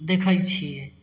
देखै छिए